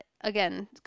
again